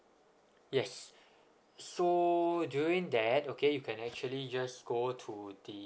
yes so during that okay you can actually just go to the